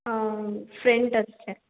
ಹಾಂ ಫ್ರೆಂಟ್ ಅಷ್ಟೇ